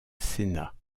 cena